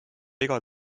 igal